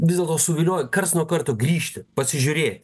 vis dėlto suvilioja karts nuo karto kartu grįžti pasižiūrėti